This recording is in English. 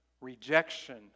rejection